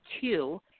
two